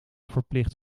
verplicht